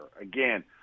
Again